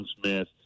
Smith